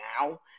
now